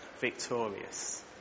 victorious